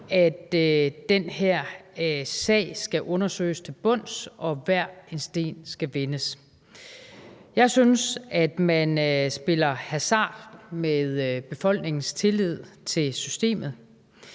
at den her sag skal undersøges til bunds og hver en sten skal vendes. Jeg synes, at man spiller hasard med befolkningens tillid til systemet.